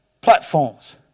platforms